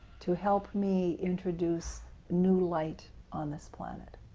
to help me introduce new light on this planet.